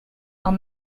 are